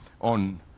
on